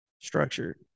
structured